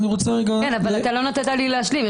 אבל לא נתת לי להשלים.